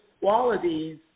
qualities